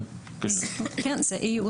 כן, איות.